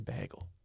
bagel